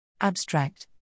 Abstract